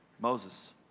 Moses